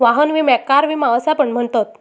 वाहन विम्याक कार विमा असा पण म्हणतत